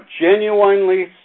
genuinely